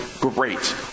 great